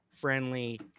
friendly